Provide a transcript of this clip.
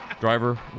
Driver